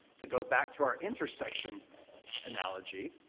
to go back to our intersection analogy.